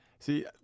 See